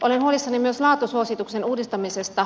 olen huolissani myös laatusuosituksen uudistamisesta